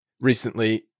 recently